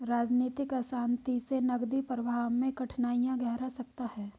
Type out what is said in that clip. राजनीतिक अशांति से नकदी प्रवाह में कठिनाइयाँ गहरा सकता है